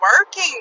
working